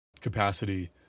capacity